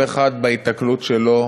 כל אחד בהיתקלות שלו.